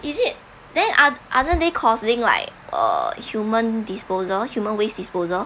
is it then are aren't they causing like err human disposal human waste disposal